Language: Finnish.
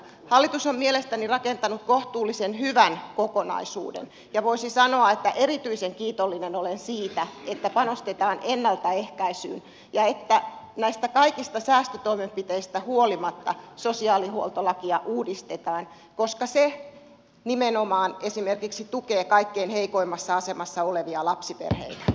hallitus on mielestäni rakentanut kohtuullisen hyvän kokonaisuuden ja voisi sanoa että erityisen kiitollinen olen siitä että panostetaan ennaltaehkäisyyn ja että näistä kaikista säästötoimenpiteistä huolimatta sosiaalihuoltolakia uudistetaan koska se nimenomaan esimerkiksi tukee kaikkein heikoimmassa asemassa olevia lapsiperheitä